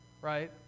right